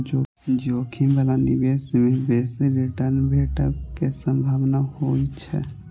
जोखिम बला निवेश मे बेसी रिटर्न भेटै के संभावना होइ छै